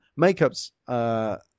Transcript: makeups